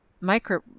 micro